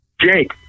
Jake